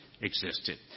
existed